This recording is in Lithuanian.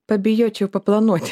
pabijočiau paplanuoti